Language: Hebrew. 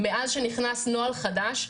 מאז שנכנס נוהל חדש,